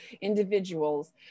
individuals